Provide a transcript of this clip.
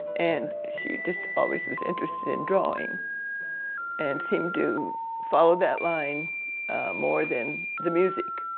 and she just always was interested in drawing and seemed to follow that line more than the music.